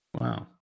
Wow